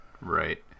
Right